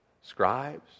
scribes